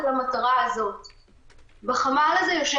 אבל המטרה שלנו היא להימנע מלהגיע